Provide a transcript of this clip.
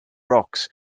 rocks